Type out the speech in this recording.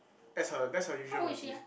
that's her that's her usual routine